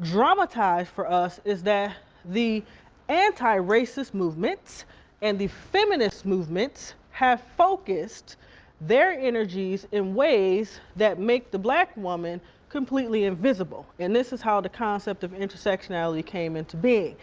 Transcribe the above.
dramatize for us is that the anti-racist movement and the feminist movement have focused their energies in ways that make the black woman completely invisible. and this is how the concept of intersectionality came into being.